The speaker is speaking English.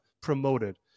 promoted